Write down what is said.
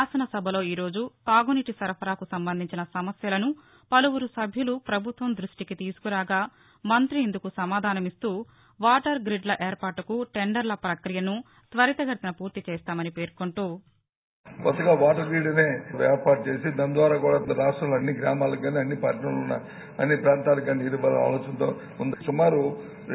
శాసన సభలో ఈ రోజు తాగునీటి సరాఫరాకు సంబంధించిన సమస్యలను పలువురు సభ్యులు ప్రభుత్వం ద్భష్టికి తీసుకురాగా మంత్రి ఇందుకు సమాధానమిస్తూ వాటర్ గ్రిడ్ల ఏర్పాటుకు టెందర్ల ప్రక్రియను త్వరితగతిన ఫూర్తి చేస్తామని పేర్కొంటూ